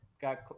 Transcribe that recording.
got